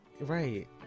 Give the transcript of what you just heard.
right